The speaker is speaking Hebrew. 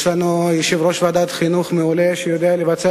יש לנו יושב-ראש ועדת חינוך מעולה שיודע לבצע